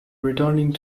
returning